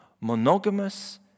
monogamous